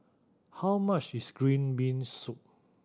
how much is green bean soup